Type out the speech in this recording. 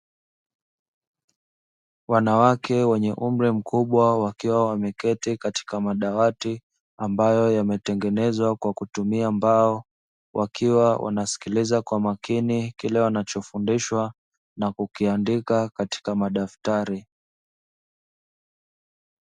Wanawake wenye umri mkubwa wakiwa wameketi katika madawati ambayo yametengenezwa kwa kutumia mbao wakiwa wanasikiliza kwa makini kile wanacho fundishwa na kukiandika katika madaftari.